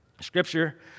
Scripture